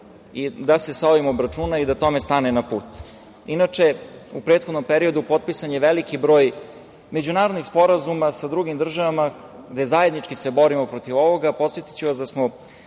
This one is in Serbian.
da se sa ovim obračuna i da tome stane na put. Inače, u prethodnom periodu potpisan je veliki broj međunarodnih sporazuma sa drugim državama, gde zajednički se borimo protiv ovoga. Podsetiću vas da smo